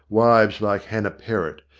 wives like hannah perrott,